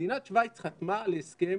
מדינת שוויץ חתמה על הסכם